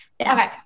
Okay